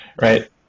Right